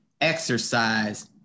exercise